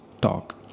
talk